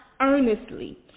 earnestly